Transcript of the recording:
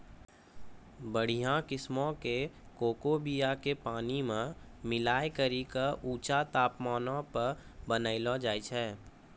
बढ़िया किस्मो के कोको बीया के पानी मे मिलाय करि के ऊंचा तापमानो पे बनैलो जाय छै